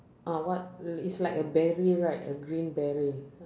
uh what it's like a beret right a green beret